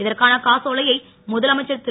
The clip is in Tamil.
இதற்கான காசோலையை முதலமைச்சர் திரு